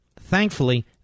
Thankfully